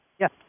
Yes